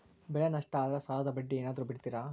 ಬೆಳೆ ನಷ್ಟ ಆದ್ರ ಸಾಲದ ಬಡ್ಡಿ ಏನಾದ್ರು ಬಿಡ್ತಿರಾ?